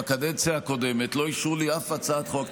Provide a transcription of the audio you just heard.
בקדנציה הקודמת לא אישרו לי אף הצעת חוק.